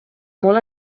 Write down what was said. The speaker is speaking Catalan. molt